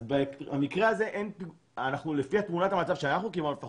אז לפי תמונת המצב שאנחנו קיבלנו,